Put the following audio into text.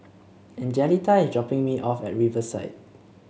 Angelita is dropping me off at Riverside